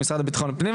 מהמשרד לביטחון פנים,